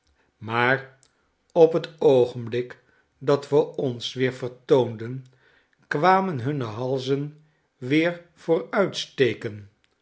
maar op het oogenblik dat we ons weer vertoonden kwamen hunne halzen weer